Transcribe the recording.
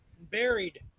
buried